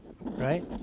Right